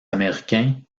américains